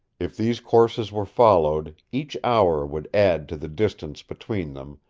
if these courses were followed, each hour would add to the distance between them,